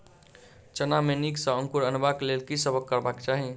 चना मे नीक सँ अंकुर अनेबाक लेल की सब करबाक चाहि?